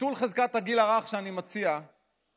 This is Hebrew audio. ביטול חזקת הגיל הרך שאני מציע ישנה